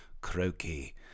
croaky